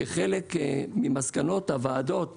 כחלק ממסקנות הוועדות